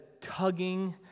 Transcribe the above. tugging